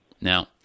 Now